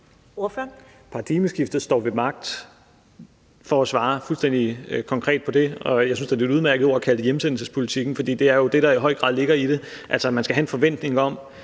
Paradigmeskiftet står ved magt – for at svare fuldstændig konkret på det. Og jeg synes da, at »hjemsendelsespolitikken« er et udmærket ord at kalde det, fordi det jo er det, der i høj grad ligger i det. Altså, man skal have en forventning om,